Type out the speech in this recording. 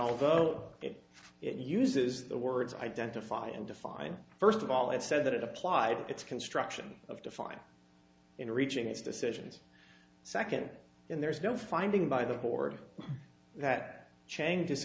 although it uses the words identify and define first of all it said that it applied its construction of defining in reaching its decisions second and there's no finding by the board that chang